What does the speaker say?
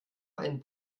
einen